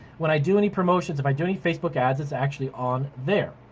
when i do any promotions, if i do any facebook ads it's actually on there.